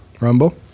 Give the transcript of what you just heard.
Rumble